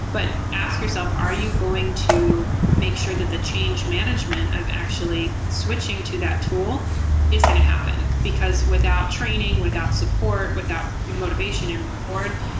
but ask yourself, are you going to make sure that the change management of actually switching to that tool is going to happen. because without training, without support, without motivation and reward,